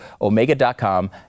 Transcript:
Omega.com